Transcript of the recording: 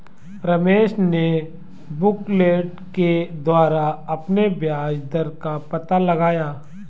रमेश ने बुकलेट के द्वारा अपने ब्याज दर का पता लगाया